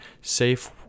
safe